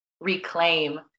reclaim